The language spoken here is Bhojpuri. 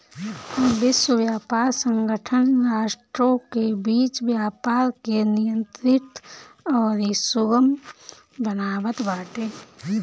विश्व व्यापार संगठन राष्ट्रों के बीच व्यापार के नियंत्रित अउरी सुगम बनावत बाटे